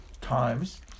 times